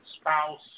Spouse